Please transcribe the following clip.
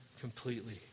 completely